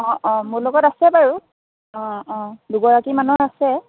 অ অ মোৰ লগত আছে বাৰু অ অ দুগৰাকী মানৰ আছে